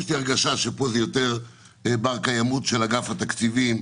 יש לי הרגשה שפה זה יותר בר קיימות של אגף התקציבים.